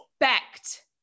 expect